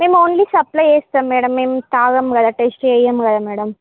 మేము only supply చేస్తాం madam మేము తాగము కదా టెస్ట్ చేయము కదా మేడం